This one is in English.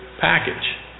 Package